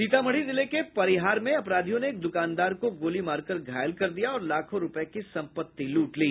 सीतामढ़ी जिले के परिहार में अपराधियों ने एक द्वकानदार को गोली मारकर घायल कर दिया और लाखों रूपये की सम्पत्ति लूट ली